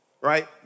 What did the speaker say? Right